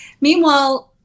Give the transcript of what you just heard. meanwhile